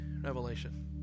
Revelation